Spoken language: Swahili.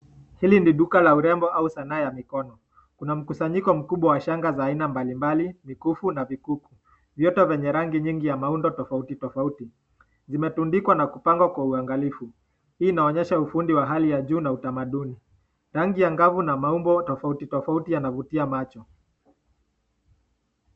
hili ni duka la urembo au zana ya mikono, kuna mkusanyiko mkubwa wa shanga wa haina mbali mbali vikufu na vikuku vyote venye rangi nyingi ya maundo tofauti tofauti zimetundikwa na kupangwa kwa uangalifu ili inaonyesha ufundi wa hali ya juu na utamaduni rangi ya ngafu na maumbo tofauti tofauti yanavutia macho.